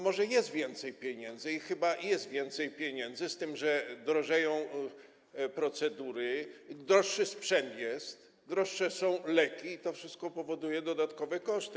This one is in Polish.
Może jest więcej pieniędzy i chyba jest więcej pieniędzy, z tym że drożeją procedury, droższy jest sprzęt, droższe są leki, i to wszystko powoduje, że są dodatkowe koszty.